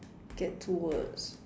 get two words